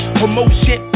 promotion